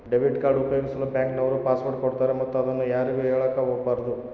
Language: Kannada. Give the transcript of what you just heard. ಡೆಬಿಟ್ ಕಾರ್ಡ್ ಉಪಯೋಗಿಸಲು ಬ್ಯಾಂಕ್ ನವರು ಪಾಸ್ವರ್ಡ್ ಕೊಡ್ತಾರೆ ಮತ್ತು ಅದನ್ನು ಯಾರಿಗೂ ಹೇಳಕ ಒಗಬಾರದು